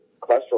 cholesterol